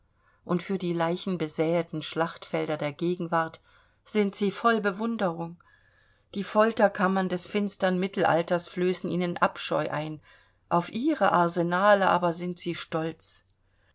und für die leichenbesäeten schlachtfelder der gegenwart sind sie voll bewunderung die folterkammern des finsteren mittelalters flößen ihnen abscheu ein auf ihre arsenale aber sind sie stolz